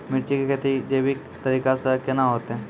मिर्ची की खेती जैविक तरीका से के ना होते?